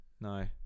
No